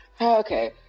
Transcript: Okay